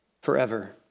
forever